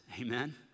Amen